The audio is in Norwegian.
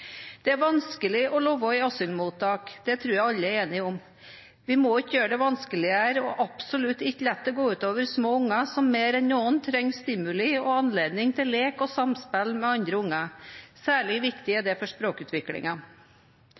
Det er vanskelig å leve i asylmottak, det tror jeg alle er enige om. Vi må ikke gjøre det vanskeligere og absolutt ikke la det gå ut over små unger som mer enn noen trenger stimuli og anledning til lek og samspill med andre unge. Særlig viktig er det for